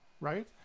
Right